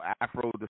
Afro